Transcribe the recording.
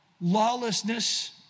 lawlessness